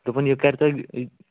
دوٚپُن یہِ کرِ تۄہہِ